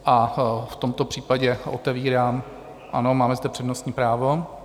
A v tomto případě otevírám... ano, máme zde přednostní právo.